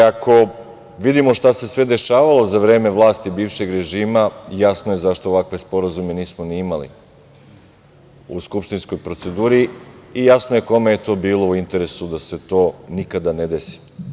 Ako vidimo šta se sve dešavalo za vreme vlasti bivšeg režima, jasno je zašto ovakve sporazume nismo ni imali u skupštinskoj proceduri i jasno je kome je to bilo u interesu da se to nikada ne desi.